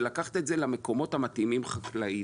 ולקחת את זה למקומות המתאימים חקלאית.